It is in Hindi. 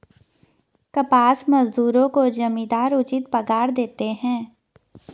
कपास मजदूरों को जमींदार उचित पगार देते हैं